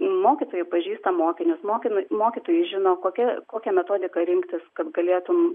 mokytojai pažįsta mokinius mokinį mokytojai žino kokia kokia metodika rinktis kad galėtum